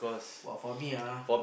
but for me ah